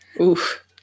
Oof